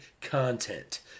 content